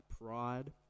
pride